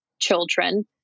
children